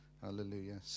Hallelujah